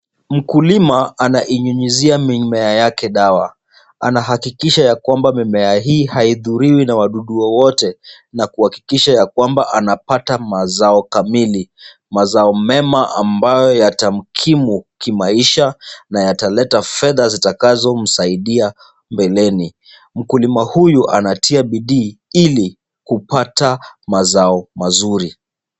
Mkulima anainyunyuzia mimea yake dawa, anahakikisha ya kwamba mimea hii haidhuriwi na wadudu wowote na kuhakikisha ya kwamba anapata mazao kamili, mazao mema ambayo yatamkimu kimaisha na yataleta fedha zitakazo msaidia mbeleni. Mkulima huyu anatia bidii ili kupata mazao mazuri.